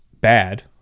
bad